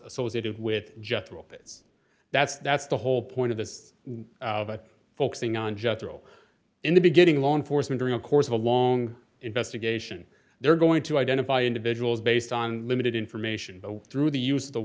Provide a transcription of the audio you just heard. associated with just drop it that's that's the whole point of this of a focusing on general in the beginning law enforcement during a course of a long investigation they're going to identify individuals based on limited information but through the use